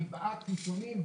אני בעד חיסונים,